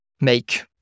make